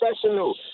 professional